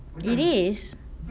it is